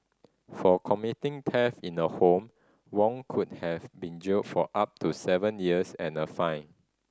for committing theft in a home Wong could have been jailed for up to seven years and fined